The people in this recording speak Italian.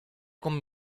con